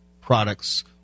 products